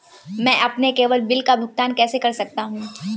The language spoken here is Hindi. मैं अपने केवल बिल का भुगतान कैसे कर सकता हूँ?